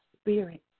spirit